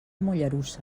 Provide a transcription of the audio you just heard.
mollerussa